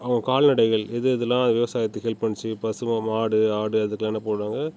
அவங்க கால்நடைகள் எது எதுலாம் விவசாயத்துக்கு ஹெல்ப் பண்ணுச்சு பசு மாடு ஆடு அதுக்குலாம் என்ன பண்ணுவாங்க